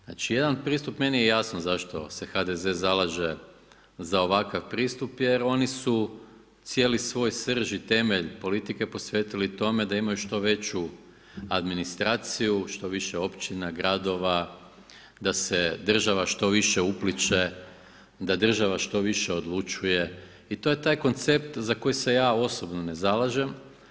Znači jedan pristup, meni je jasno zašto se HDZ zalaže za ovakav pristup jer oni su cijeli svoj srž i temelj politike posvetili tome da imaju što veću administraciju, što više općina, gradova, da se država što više upliće, da država što više odlučuje i to je taj koncept za koji se ja osobno ne zalažem.